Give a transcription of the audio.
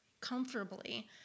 comfortably